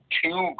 two